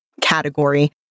category